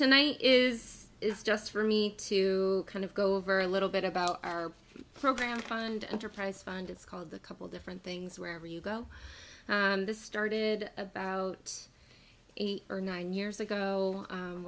tonight is is just for me to kind of go over a little bit about our program find enterprise fund it's called a couple different things wherever you go this started about eight or nine years ago